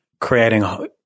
creating